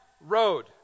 Road